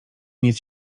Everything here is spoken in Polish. nic